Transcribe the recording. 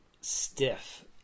stiff